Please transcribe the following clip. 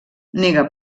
nega